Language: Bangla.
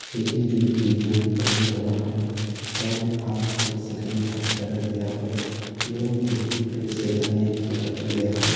সেখেনে যদি বিরিয়ানির দাম ধরা হয় তাহলে হাফ প্লেট সেখানে ষাট টাকায় দেওয়া হয় এবং ভর্তি প্লেট সেখানে একশো টাকায় দেওয়া হয়